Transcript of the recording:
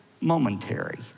momentary